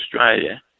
australia